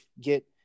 get